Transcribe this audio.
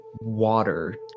water